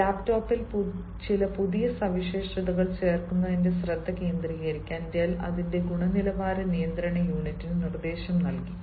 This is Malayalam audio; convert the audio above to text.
ലാപ്ടോപ്പിൽ ചില പുതിയ സവിശേഷതകൾ ചേർക്കുന്നതിൽ ശ്രദ്ധ കേന്ദ്രീകരിക്കാൻ ഡെൽ അതിന്റെ ഗുണനിലവാര നിയന്ത്രണ യൂണിറ്റിന് നിർദ്ദേശം നൽകി